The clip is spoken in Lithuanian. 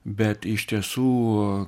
bet iš tiesų